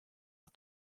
auf